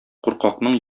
куркакның